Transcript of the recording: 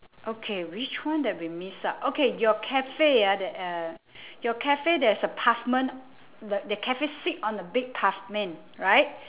okay which one that we miss out okay your cafe ah that uh your cafe there's a pavement the the cafe sit on the big pavement right